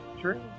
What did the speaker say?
true